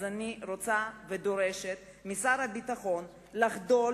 אז אני רוצה ודורשת משר הביטחון לחדול